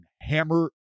hammer